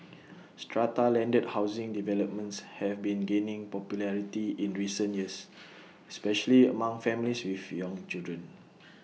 strata landed housing developments have been gaining popularity in recent years especially among families with young children